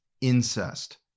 incest